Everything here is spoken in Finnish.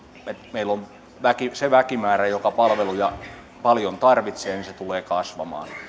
meillä se väkimäärä joka palveluja paljon tarvitsee tulee kasvamaan